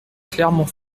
clermont